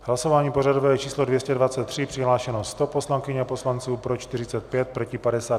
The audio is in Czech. Hlasování pořadové číslo 223, přihlášeno 100 poslankyň a poslanců, pro 45, proti 52.